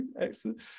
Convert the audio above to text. Excellent